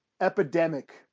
epidemic